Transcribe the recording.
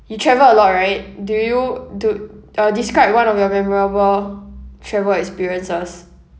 you travel a lot right do you do uh describe one of your memorable travel experiences